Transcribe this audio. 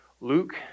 Luke